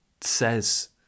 says